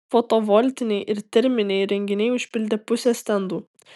fotovoltiniai ir terminiai įrenginiai užpildė pusę stendų